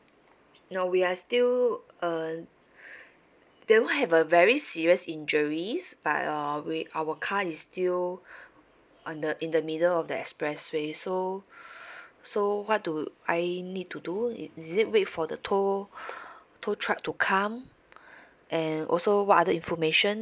no we are still uh they don't have a very serious injuries but uh we our car is still on the in the middle of the expressway so so what do I need to do is is it wait for the tow tow truck to come and also what other information